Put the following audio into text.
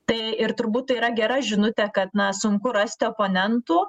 tai ir turbūt tai yra gera žinutė kad na sunku rasti oponentų